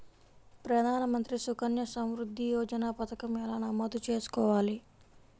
ప్రధాన మంత్రి సుకన్య సంవృద్ధి యోజన పథకం ఎలా నమోదు చేసుకోవాలీ?